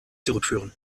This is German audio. zurückführen